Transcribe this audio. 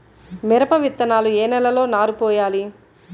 మిరప విత్తనాలు ఏ నెలలో నారు పోయాలి?